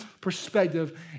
perspective